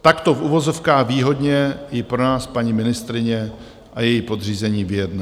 Takto v uvozovkách výhodně ji pro nás paní ministryně a její podřízení vyjednali.